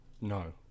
no